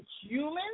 humans